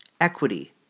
equity